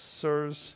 Sirs